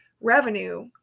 revenue